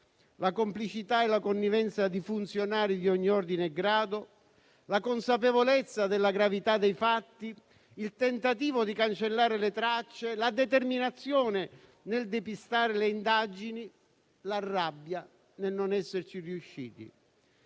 la complicità e la connivenza di funzionari di ogni ordine e grado, la consapevolezza della gravità dei fatti, il tentativo di cancellare le tracce, la determinazione nel depistare le indagini, la rabbia nel non esserci riusciti.